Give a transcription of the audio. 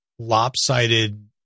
lopsided